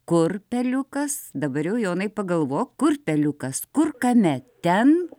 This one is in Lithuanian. kur peliukas dabar jau jonai pagalvok kur peliukas kur kame ten